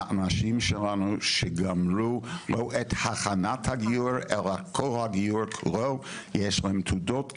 והאנשים שלנו שגמרו את הכנת הגיור יש להם תעודות גיור.